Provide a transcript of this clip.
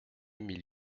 mille